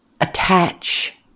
attach